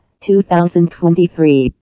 2023